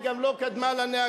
היא גם לא קדמה לנהגים,